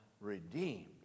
Redeemed